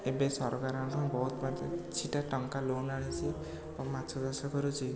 ଏବେ ସରକାରଙ୍କଠୁ ବହୁତ ମାତ୍ରାରେ କିଛିଟା ଟଙ୍କା ଲୋନ୍ ଆଣିଛି ଏବଂ ମାଛ ଚାଷ କରୁଛି